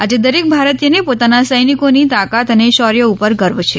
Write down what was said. આજે દરેક ભારતીયને પોતાના સૈનિકોની તાકાત અને શોર્ય ઉપર ગર્વ છે